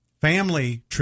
family